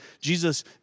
Jesus